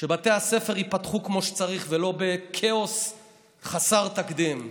שבתי הספר ייפתחו כמו שצריך, ולא בכאוס חסר תקדים.